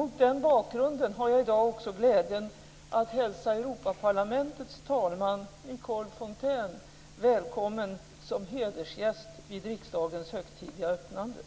Mot den bakgrunden har jag i dag också glädjen att hälsa Europaparlamentets talman Nicole Fontaine välkommen som hedersgäst vid riksdagens högtidliga öppnande.